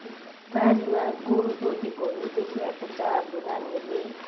बारीमा गोरु जोतेकोहरू देखिरहेको हुन्छ हाम्रो नानीहरूले